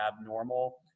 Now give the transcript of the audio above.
abnormal